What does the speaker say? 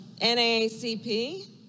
NAACP